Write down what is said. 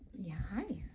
yeah, hi!